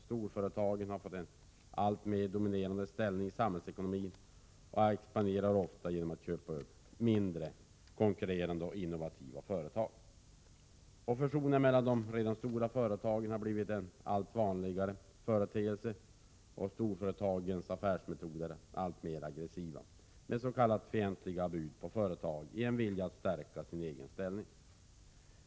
Storföretagen har fått en alltmer dominerande ställning i samhällsekonomin. De expanderar ofta genom att köpa upp mindre, konkurrerande och innovativa företag. Fusioner mellan de redan stora företagen har blivit en allt vanligare företeelse. Storföretagens affärsmetoder har blivit alltmer aggressiva, med s.k. fientliga bud på företag i ett försök att stärka sin egen ställning.